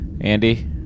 Andy